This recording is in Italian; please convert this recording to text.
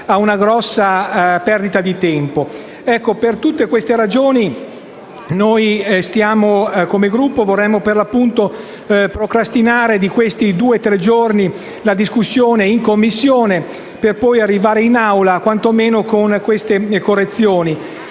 Per tutte queste ragioni, come Gruppo, vorremmo procrastinare di due o tre giorni la discussione in Commissione per poi arrivare in Aula, quantomeno, con queste correzioni.